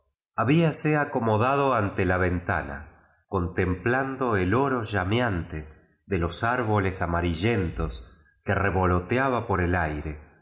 habíase acomodado ante la ventana rontemplando el oro llameante de los árboles amarillentos que revoloteaba por el aíre